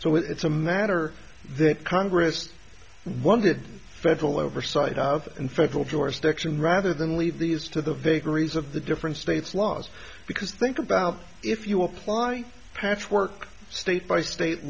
so it's a matter that congress wanted federal oversight of in federal jurisdiction rather than leave these to the vagaries of the different states laws because think about if you apply patchwork state by state